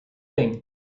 doing